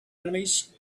enemies